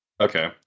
Okay